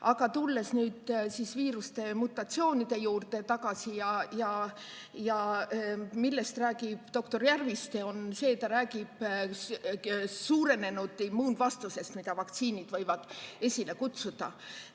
Aga tulen nüüd viiruste mutatsioonide juurde, millest räägib doktor Järviste. Jah, ta räägib suurenenud immuunvastusest, mida vaktsiinid võivad esile kutsuda.